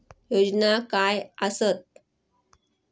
योजना काय आसत?